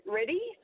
ready